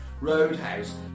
Roadhouse